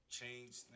change